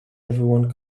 everyone